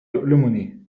يؤلمني